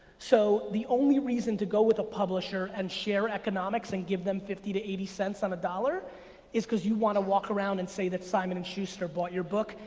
so, the only reason to go with a publisher and share economics and give them fifty to eighty cents on a dollar is cause you wanna walk around and say that simon and schuster bought your book,